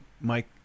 Mike